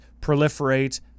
proliferate